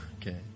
Okay